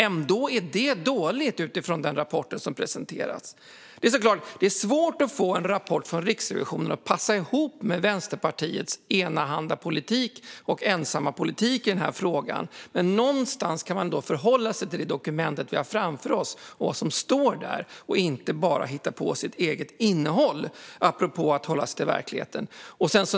Ändå är det dåligt utifrån den rapport som presenteras. Det är såklart svårt att få en rapport från Riksrevisionen att passa ihop med Vänsterpartiets enahanda och ensamma politik i den här frågan. Men någonstans kan man väl ändå förhålla sig till det som står i det dokument som vi har framför oss och inte bara hitta på ett eget innehåll, apropå att hålla sig till verkligheten.